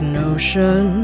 notion